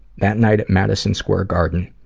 that night at madison square garden,